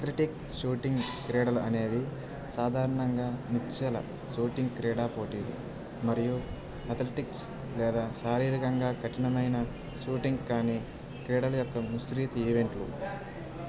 athletic shooting క్రీడలు అనేవి సాధారణంగా నిశ్చల షూటింగ్ క్రీడా పోటీలు మరియు అథ్లెటిక్స్ లేదా శారీరకంగా కఠినమైన షూటింగ్ కాని క్రీడల యొక్క మిశ్రీత ఈవెంట్లు